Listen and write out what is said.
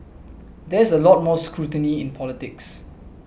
there is a lot more scrutiny in politics